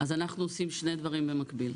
אז אנחנו עושים שני דברים במקביל.